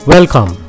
Welcome